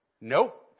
Nope